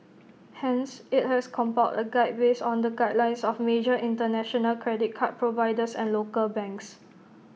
hence IT has compiled A guide based on the guidelines of major International credit card providers and local banks